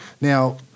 now